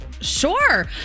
Sure